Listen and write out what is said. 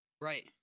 Right